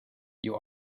you